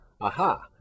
Aha